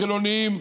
חילונים,